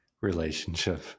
relationship